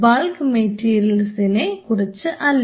bulk മെറ്റീരിയൽസിനെ കുറിച്ച് അല്ല